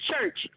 church